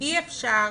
אי אפשר